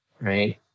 right